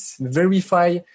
verify